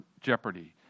jeopardy